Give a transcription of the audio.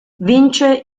vince